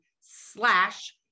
slash